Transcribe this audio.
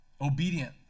obedient